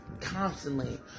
constantly